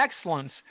excellence